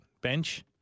bench